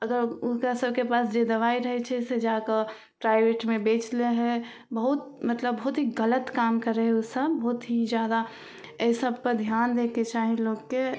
अगर ओकरासभके पास जे दवाइ रहै छै से जाकऽ प्राइवेटमे बेचि लै हइ बहुत मतलब बहुत ही गलत काम करै हइ ओसभ बहुत ही जादा एहि सबपर धिआन दैके चाही लोकके